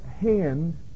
hand